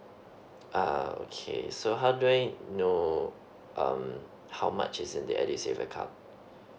uh okay so how do I know um how much is in the edusave acoount